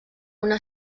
una